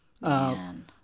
Man